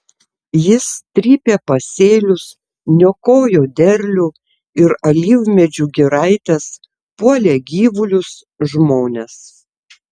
jis trypė pasėlius niokojo derlių ir alyvmedžių giraites puolė gyvulius žmones